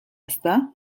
ezta